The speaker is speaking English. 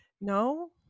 No